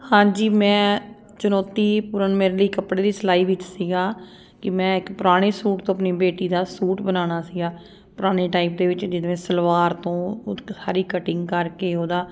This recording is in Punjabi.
ਹਾਂਜੀ ਮੈਂ ਚੁਣੌਤੀਪੂਰਨ ਮੇਰੇ ਲਈ ਕੱਪੜੇ ਦੀ ਸਿਲਾਈ ਵਿੱਚ ਸੀਗਾ ਕਿ ਮੈਂ ਇੱਕ ਪੁਰਾਣੇ ਸੂਟ ਤੋਂ ਆਪਣੀ ਬੇਟੀ ਦਾ ਸੂਟ ਬਣਾਉਣਾ ਸੀਗਾ ਪੁਰਾਣੇ ਟਾਈਪ ਦੇ ਵਿੱਚ ਜਿਹਦੇ ਵਿੱਚ ਸਲਵਾਰ ਤੋਂ ਉਤਕ ਹਰੀ ਕਟਿੰਗ ਕਰਕੇ ਉਹਦਾ